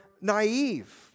naive